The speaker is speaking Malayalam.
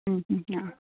ആ